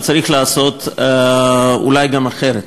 וצריך לעשות אולי גם אחרת.